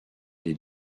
des